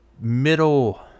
middle